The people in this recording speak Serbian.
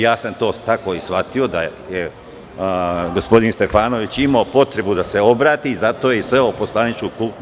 Ja sam to tako i shvatio, da je gospodin Stefanović imao potrebu da se obrati i zato je i seo u poslaničku klupu.